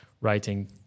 writing